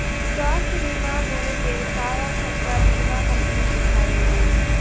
स्वास्थ्य बीमा होए पे सारा खरचा बीमा कम्पनी उठावेलीन